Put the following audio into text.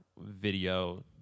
video